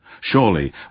Surely